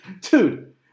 Dude